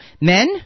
men